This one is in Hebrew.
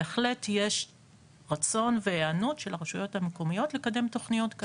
בהחלט יש רצון והיענות של הרשויות המקומיות לקדם תכניות כאלו.